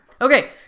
Okay